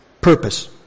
purpose